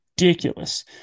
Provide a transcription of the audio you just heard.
ridiculous